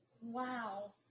wow